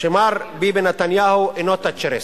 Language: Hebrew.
שמר ביבי נתניהו אינו תאצ'ריסט,